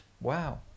Wow